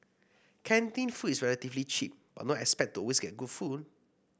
canteen food is relatively cheap but don't expect to always get good food